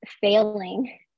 failing